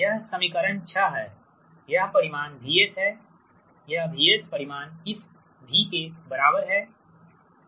यह समीकरण 6 है यह परिमाण VS है यह VS परिमाण इस V के बराबर है